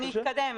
אני אתקדם.